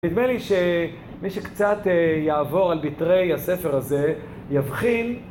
נדמה לי שמי שקצת יעבור על ביתרי הספר הזה יבחין